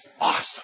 awesome